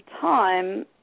time